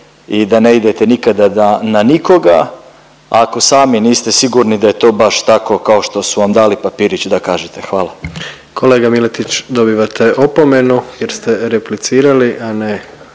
i da ne idete nikada na nikoga ako sami niste sigurni da je to baš tako kao što su vam dali papirić da kažete. Hvala. **Jandroković, Gordan (HDZ)** Kolega Miletić dobivate opomenu jer ste replicirali, a ne